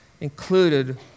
included